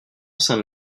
saint